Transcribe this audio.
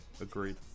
agreed